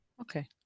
Okay